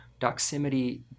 Doximity